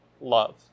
love